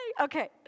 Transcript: Okay